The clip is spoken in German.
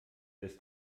das